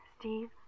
Steve